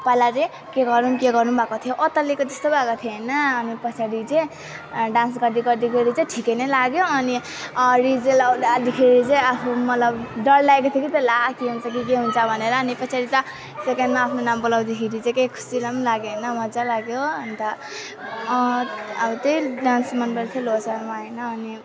पहिला चाहिँ के गरौँ के गरौँ भएको थियो अत्तालिएको जस्तो भएको थियो हैन अनि पछाडि चाहिँ डान्स गर्दै गर्दै गएर चाहिँ ठिकै नै लाग्यो अनि रिजल्ट आउँदाखेरि चाहिँ आफू मतलब डर लागेको थियो कि त्यो ला के हुन्छ कि के हुन्छ भनेर अनि पछाडि त सेकेन्डमा आफ्नो नाम बोलाउँदाखेरि चाहिँ के खुसीहरू पनि लाग्यो हैन मज्जा लाग्यो अनि त अब त्यही डान्स मन पर्थ्यो लोसारमा हैन अनि